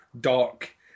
dark